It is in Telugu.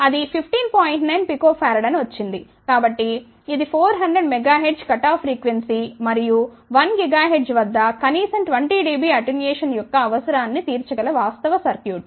కాబట్టి ఇది 400 MHz కట్ ఆఫ్ ఫ్రీక్వెన్సీ మరియు 1 GHz వద్ద కనీసం 20 dB అటెన్యుయేషన్ యొక్క అవసరాన్ని తీర్చగల వాస్తవ సర్క్యూట్